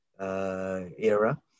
era